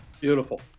Beautiful